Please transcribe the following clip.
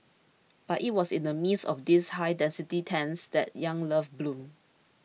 but it was in the midst of these high density tents that young love bloomed